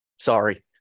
Sorry